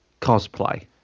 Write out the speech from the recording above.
cosplay